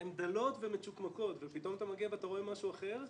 הן דלות ומצ'וקמקות ופתאום אתה מגיע ואתה רואה משהו אחר,